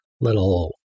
little